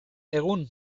egun